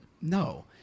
No